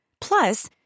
Plus